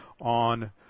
on